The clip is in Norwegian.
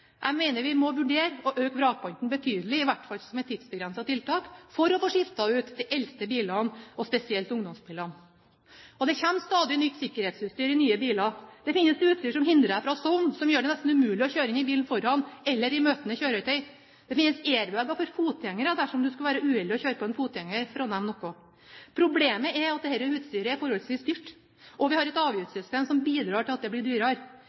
Jeg mener vi må vurdere å øke vrakpanten betydelig, i hvert fall som et tidsbegrenset tiltak, for å få skiftet ut de eldste bilene, og spesielt ungdomsbilene. Det kommer stadig nytt sikkerhetsutstyr i nye biler. Det finnes utstyr som hindrer deg fra å sovne, som gjør det nesten umulig å kjøre inn i bilen foran eller i møtende kjøretøy, og det finnes airbager for fotgjengere, dersom du skulle være uheldig å kjøre på en fotgjenger, for å nevne noe. Problemet er at dette utstyret er forholdsvis dyrt, og at vi har et avgiftssystem som bidrar til at det blir dyrere.